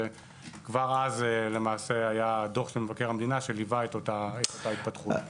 שכבר אז היה דוח מבקר המדינה ליווה אותה התפתחות.